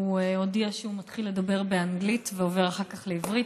הוא הודיע שהוא מתחיל לדבר באנגלית ועובר אחר כך לעברית,